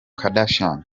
kardashian